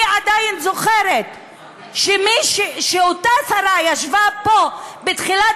אני עדיין זוכרת שאותה שרה ישבה פה בתחילת